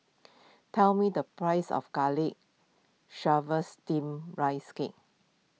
tell me the price of Garlic Chives Steamed Rice Cake